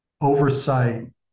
oversight